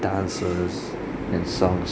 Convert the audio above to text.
dancers and songs